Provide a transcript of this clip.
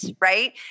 right